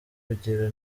kugira